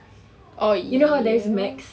you know how there is max